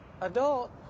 Adult